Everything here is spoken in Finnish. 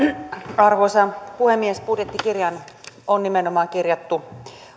arvoisa puhemies budjettikirjaan on nimenomaan kirjattu